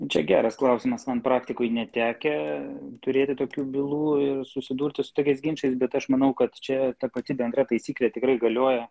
čia geras klausimas man praktikoj netekę turėti tokių bylų ir susidurti su tokiais ginčais bet aš manau kad čia ta pati bendra taisyklė tikrai galioja